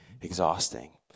exhausting